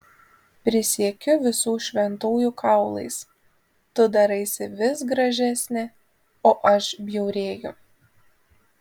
prisiekiu visų šventųjų kaulais tu daraisi vis gražesnė o aš bjaurėju